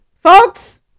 Folks